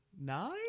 Nine